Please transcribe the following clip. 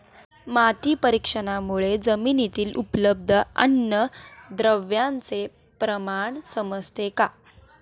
माती परीक्षणामुळे जमिनीतील उपलब्ध अन्नद्रव्यांचे प्रमाण समजते का?